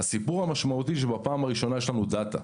הסיפור המשמעותי הוא שבפעם הראשונה יש לנו דאטא.